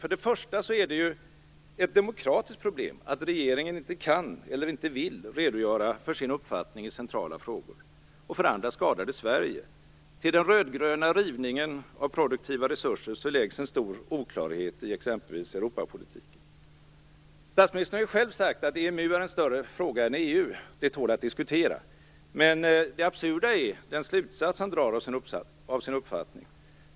För det första är det ju ett demokratiskt problem att regeringen inte kan eller inte vill redogöra för sin uppfattning i centrala frågor. För det andra skadar det Sverige. Till den röd-gröna rivningen av produktiva resurser läggs en stor oklarhet i exempelvis Europapolitiken. Statsministern har ju själv sagt att EMU är en större fråga än EU. Det tål att diskuteras. Men det absurda är den slutsats han drar av sin uppfattning.